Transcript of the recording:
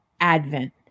Advent